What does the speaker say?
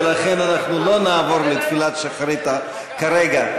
ולכן אנחנו לא נעבור לתפילת שחרית כרגע.